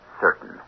certain